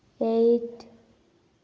eight